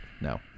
No